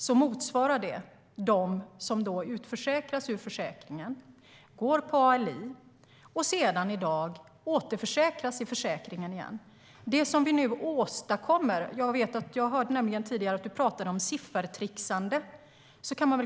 Det motsvarar dem som har utförsäkrats ur försäkringen, går på ALI och nu återförsäkras i försäkringen. Johan Forssell talade tidigare om siffertrixande.